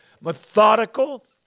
Methodical